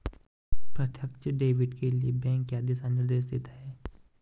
प्रत्यक्ष डेबिट के लिए बैंक क्या दिशा निर्देश देते हैं?